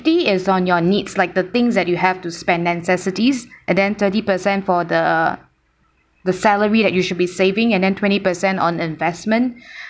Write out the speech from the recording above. fifty is on your needs like the things that you have to spend necessities and then thirty percent for the the salary that you should be saving and then twenty percent on investment